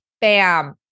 bam